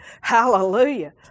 Hallelujah